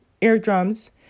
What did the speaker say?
eardrums